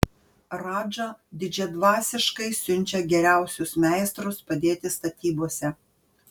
radža didžiadvasiškai siunčia geriausius meistrus padėti statybose